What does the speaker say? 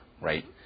right